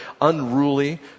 unruly